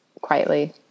quietly